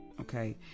Okay